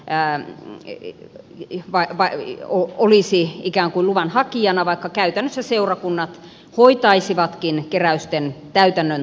pään eli liki vaiko vai seurakunta olisi luvan hakijana vaikka käytännössä seurakunnat hoitaisivatkin keräysten käytännön toimeenpanon